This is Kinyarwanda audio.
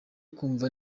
kumva